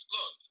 Look